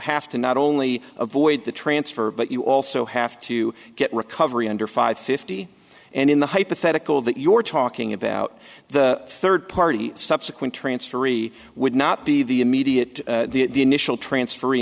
have to not only avoid the transfer but you also have to get recovery under five fifty and in the hypothetical that you're talking about the third party subsequent transferee would not be the immediate the initial transfer